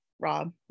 rob